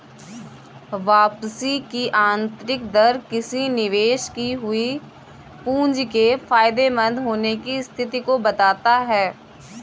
वापसी की आंतरिक दर किसी निवेश की हुई पूंजी के फायदेमंद होने की स्थिति को बताता है